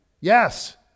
yes